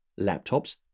laptops